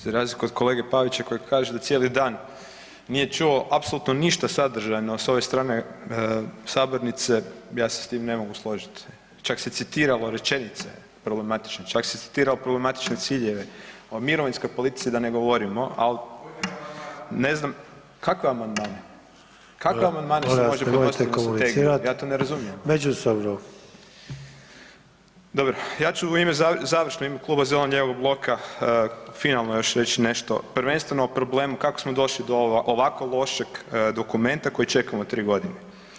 Za razliku od kolege Pavića koji kaže da cijeli dan nije čuo apsolutno ništa sadržajno s ove strane sabornice ja se s tim ne mogu složiti, čak se citiralo rečenice problematične, čak se citiralo problematične ciljeve, o mirovinskoj politici da ne govorimo, al ne znam … [[Upadica: Ne razumije se.]] kakve amandmane, kakve amandmane se može podnositi na strategiju, ja to ne razumijem [[Upadica: Molim vas nemojte komunicirati međusobno.]] Dobro, ja ću u ime završno, završno u ime Kluba zeleno-lijevog bloka finalno još reći nešto prvenstveno o problemu kako smo došli do ovako lošeg dokumenta koji čekamo 3 godine.